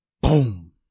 boom